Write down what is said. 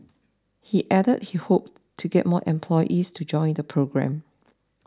he added that he hoped to get more employees to join the programme